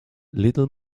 little